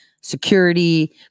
security